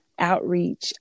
Outreach